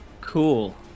Cool